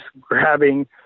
grabbing